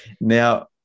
Now